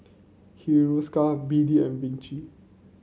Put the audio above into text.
Hiruscar B D and Vichy